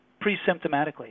pre-symptomatically